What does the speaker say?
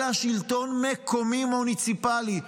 אלא שלטון מקומי, מוניציפלי.